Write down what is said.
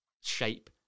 shape